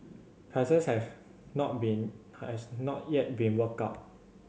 prices have not been has not yet been worked out